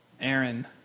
Aaron